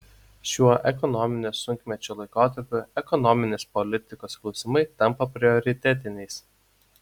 šiuo ekonominio sunkmečio laikotarpiu ekonominės politikos klausimai tampa prioritetiniais